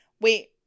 Wait